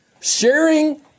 Sharing